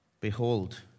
behold